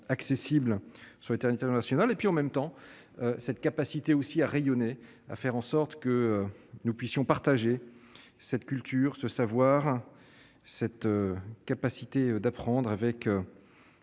accessibles, international, et puis en même temps cette capacité aussi à rayonner à faire en sorte que nous puissions partager cette culture, ce savoir cette capacité d'apprendre avec